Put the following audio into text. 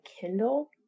Kindle